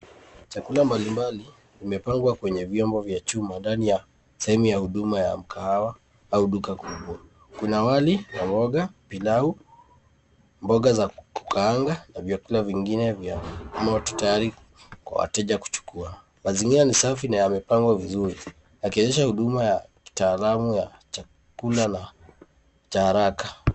Chakula mbalimbali vimepangwa kwenye vyombo vya chuma ndani ya sehemu ya huduma ya mkahawa au duka kubwa. Kuna wali na mboga, pilau, mboga za kukaanga, vyakula vingine vya moto tayari kwa wateja kuchukua. Mazingira ni safi na yamepangwa vizuri yakionyesha huduma ya kitaalamu ya chakula na cha haraka.